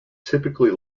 typically